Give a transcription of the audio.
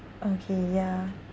okay ya